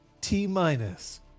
T-minus